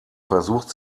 versucht